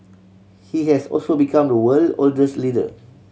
he has also become the world oldest leader